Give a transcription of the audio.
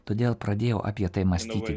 todėl pradėjau apie tai mąstyti